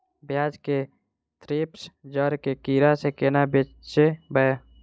प्याज मे थ्रिप्स जड़ केँ कीड़ा सँ केना बचेबै?